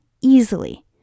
easily